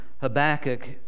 Habakkuk